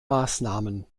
maßnahmen